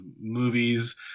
movies